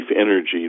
energy